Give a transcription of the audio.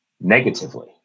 negatively